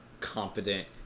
competent